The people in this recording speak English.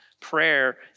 Prayer